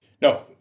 No